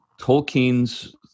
tolkien's